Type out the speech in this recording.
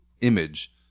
image